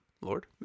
Lord